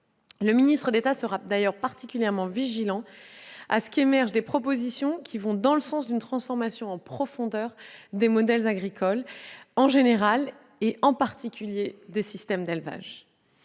Le ministre d'État sera particulièrement vigilant à ce qu'émergent des propositions allant dans le sens d'une transformation en profondeur des modèles agricoles, en particulier pour les systèmes d'élevage.